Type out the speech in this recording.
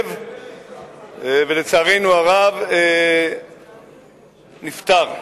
ברכב ולצערנו הרב נפטר.